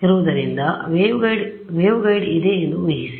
ಆದ್ದರಿಂದ ವೇವ್ಗೈಡ್ ಇದೆ ಎಂದು ಊಹಿಸಿ